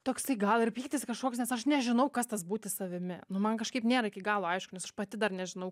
toks tai gal ir pyktis kažkoks nes aš nežinau kas tas būti savimi nu man kažkaip nėra iki galo aišku nes aš pati dar nežinau